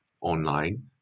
online